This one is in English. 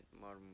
more